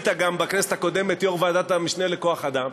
שהיית גם בכנסת הקודמת יושב-ראש ועדת המשנה לכוח-אדם,